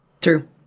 True